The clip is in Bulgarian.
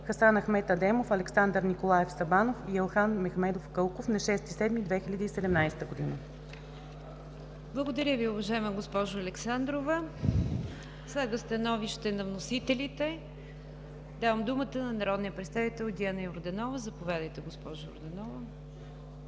Хасан Ахмед Адемов, Александър Николаев Сабанов и Елхан Мехмедов Кълков на 6 юли 2017 г.“ ПРЕДСЕДАТЕЛ НИГЯР ДЖАФЕР: Благодаря Ви, уважаема госпожо Александрова. Следва становище на вносителите. Давам думата на народния представител Диана Йорданова. Заповядайте, госпожо Йорданова.